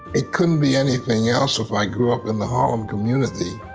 it couldn't be anything else if i grew up in the harlem community.